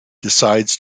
decides